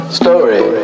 story